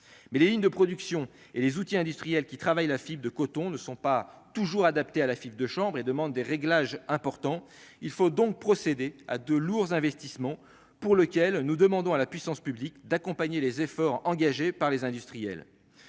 mais les lignes de production et les outils industriels qui travaille la fibre de coton ne sont pas toujours adaptés à la affiche de chambre et demande des réglages important, il faut donc procéder à de lourds investissements pour lequel nous demandons à la puissance publique d'accompagner les efforts engagés par les industriels